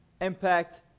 impact